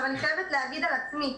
אני חייבת להגיד על עצמי,